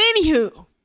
anywho